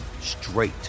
straight